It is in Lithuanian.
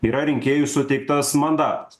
yra rinkėjų suteiktas mandatas